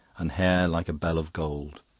and hair like a bell of gold.